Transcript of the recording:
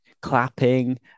clapping